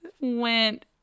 went